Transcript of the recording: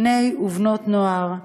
בני ובנות נוער,